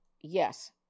yes